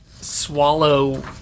swallow